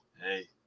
Hey